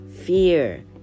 fear